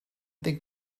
think